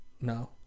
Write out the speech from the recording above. No